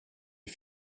est